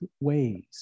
ways